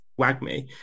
Wagme